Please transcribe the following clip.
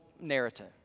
narrative